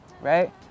right